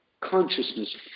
consciousness